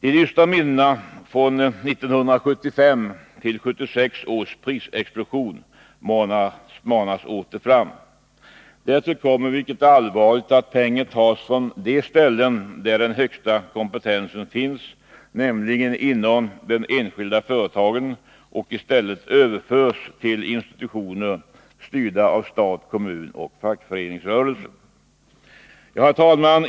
De dystra minnena från prisexplosionen 1975-1976 manas åter fram. Därtill kommer, vilket är allvarligt, att pengar tas från de ställen där den högsta kompetensen finns, nämligen inom de enskilda företagen, och i stället överförs till institutioner styrda av stat, kommun och fackföreningsrörelsen. Herr talman!